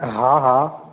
हा हा